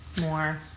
more